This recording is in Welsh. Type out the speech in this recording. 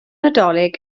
nadolig